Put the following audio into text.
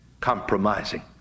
compromising